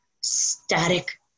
static